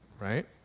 right